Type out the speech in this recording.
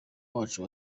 wacu